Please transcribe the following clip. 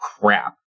crap